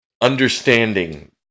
understanding